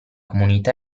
comunità